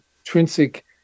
intrinsic